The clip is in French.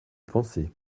penser